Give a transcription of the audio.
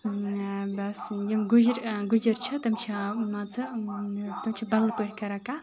بَس یِم گُجِر گُجِر چھِ تِم چھِ مان ژٕ تِم چھِ بدٕل پٲٹھۍ کران کَتھ